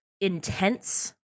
intense